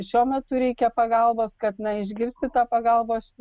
šiuo metu reikia pagalbos kad na išgirsti tą pagalbos